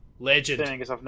Legend